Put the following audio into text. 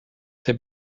ses